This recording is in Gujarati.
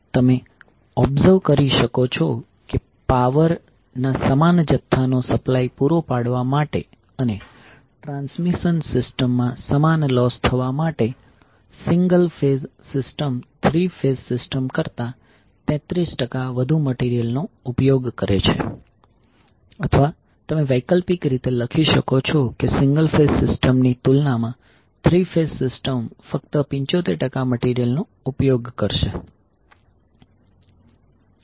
તમે ઓબ્ઝર્વ કરી શકો છો કે પાવર ના સમાન જથ્થાનો સપ્લાય પૂરો પાડવા માટે અને ટ્રાન્સમિશન સિસ્ટમમાં સમાન લોસ થવા માટે single phase system three phase system કરતા 33 વધુ મટીરીયલનો ઉપયોગ કરે છે અથવા તમે વૈકલ્પિક રીતે લખી શકો છો કે સિંગલ ફેઝ સિસ્ટમ ની તુલનામાં થ્રી ફેઝન સિસ્ટમ ફક્ત 75 મટીરીયલ નો ઉપયોગ કરશે